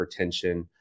hypertension